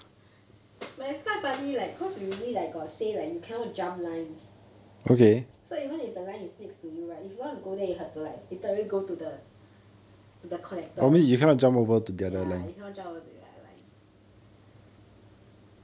but it's quite funny like because we really like got say like you cannot jump lines so even if the line is next to you right if you want to go there you have to like literally go to the to the collector ya you cannot jump over to their line